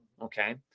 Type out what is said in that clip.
Okay